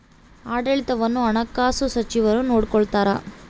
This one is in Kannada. ಆಡಳಿತವನ್ನು ಹಣಕಾಸು ಸಚಿವರು ನೋಡಿಕೊಳ್ತಾರ